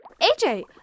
AJ